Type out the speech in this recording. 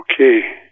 Okay